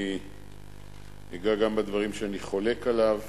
אני אגע בדברים שאני חולק עליו.